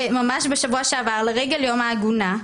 לרגל יום העגונה,